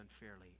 unfairly